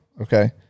Okay